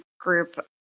group